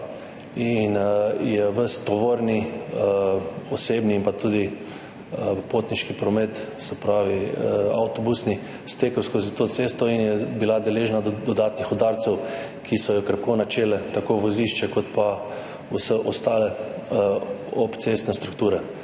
in je ves tovorni, osebni in tudi potniški promet, se pravi avtobusni, stekel po tej cesti in je bila deležna dodatnih udarcev, ki so krepko načeli tako vozišče kot vse ostale obcestne strukture.